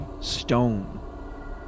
stone